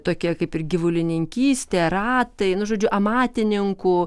tokia kaip ir gyvulininkystė ratai nu žodžiu amatininkų